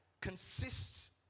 consists